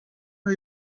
are